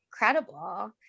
incredible